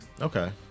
Okay